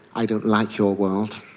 i don't like your world